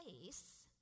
place